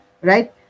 right